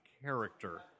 character